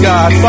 God